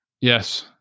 Yes